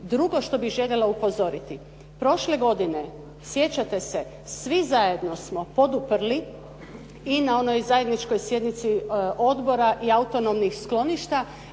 Drugo što bih željela upozoriti, prošle godine sjećate se svi zajedno smo poduprli i na onoj zajedničkoj sjednici odbora i autonomnih skloništa